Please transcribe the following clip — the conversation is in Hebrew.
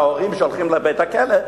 בהורים שהולכים לבית-הכלא,